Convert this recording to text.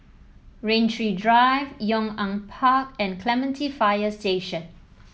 Rain Tree Drive Yong An Park and Clementi Fire Station